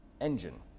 engine